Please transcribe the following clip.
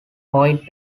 point